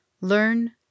Learn